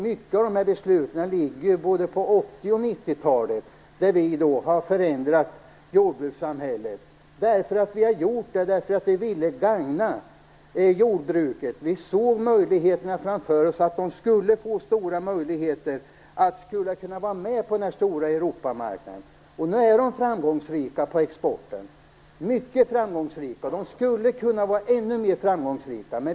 Mycket av detta har sin grund på 80 och 90-talets politik då vi ändrade jordbrukssamhället. Vi gjorde det därför att vi ville gagna jordbruket. Vi såg framför oss stora möjligheter för jordbruket att vara med på den stora Europamarknaden. Nu är de mycket framgångsrika när det gäller att exportera, men de skulle kunna vara ännu mer framgångsrika.